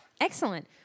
Excellent